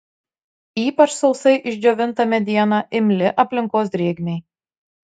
ypač sausai išdžiovinta mediena imli aplinkos drėgmei